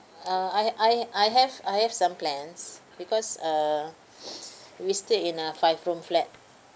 uh I I I have I have some plans because uh we stayed in a five room flat